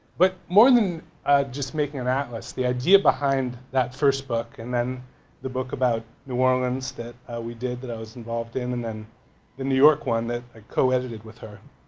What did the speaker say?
but more than just making an atlas the idea behind that first book and then the book about new orleans that we did, that i was involved in and then the new york one that i co-edited with her.